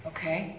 Okay